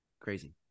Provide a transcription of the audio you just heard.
Crazy